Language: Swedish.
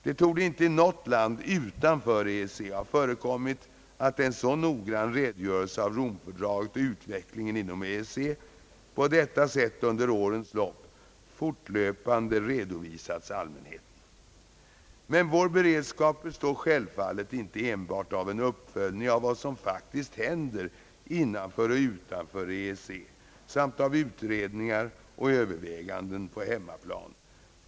Det torde inte i något annat land utanför EEC ha förekommit att en så noggrann redogörelse av Romfördraget och utvecklingen inom EEC på detta sätt under årens lopp fortlöpande redovisats allmänheten. Men vår beredskap består självfallet inte enbart av en uppföljning av vad som faktiskt händer innanför och utanför EEC samt av utredningar och överväganden på hemmaplan.